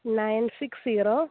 nine six zero